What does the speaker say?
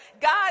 God